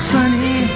Sunny